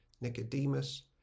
Nicodemus